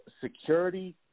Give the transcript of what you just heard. security